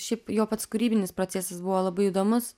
šiaip jo pats kūrybinis procesas buvo labai įdomus